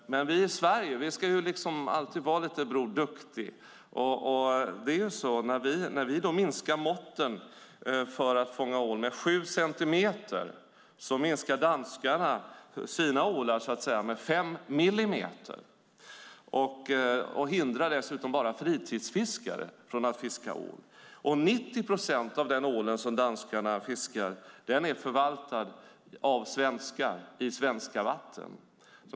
Men vi i Sverige ska ju alltid vara lite av Bror Duktig. När vi minskar måtten för att fånga ål med sju centimeter minskar danskarna sina ålar med fem millimeter. De hindrar dessutom bara fritidsfiskare från att fiska ål. 90 procent av den ål som danskarna fiskar är förvaltad av svenskar i svenska vatten.